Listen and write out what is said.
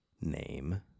name